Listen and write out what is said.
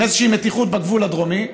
באיזושהי מתיחות בגבול הדרומי,